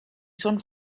són